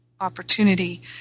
opportunity